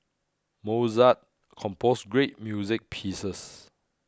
Mozart composed great music pieces